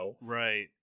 Right